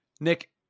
Nick